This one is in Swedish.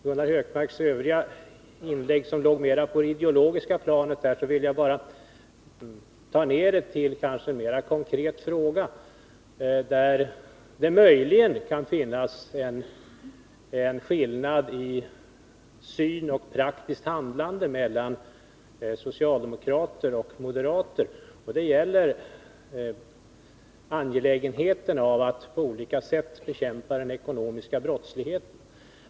Gunnar Hökmarks inlägg i övrigt låg mera på det ideologiska planet, och jag vill ta ner det hela till en mer konkret fråga, där det möjligen kan finnas en skillnad i syn och praktiskt handlande mellan socialdemokrater och moderater. Det gäller angelägenheten av att på olika sätt bekämpa den ekonomiska brottsligheten.